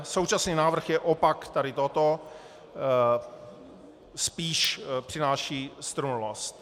Současný návrh je opak tohoto, spíš přináší strnulost.